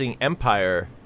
Empire